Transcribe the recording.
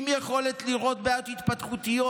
עם יכולת לראות בעיות התפתחותיות,